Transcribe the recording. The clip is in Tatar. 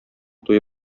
туе